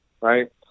right